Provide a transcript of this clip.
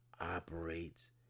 operates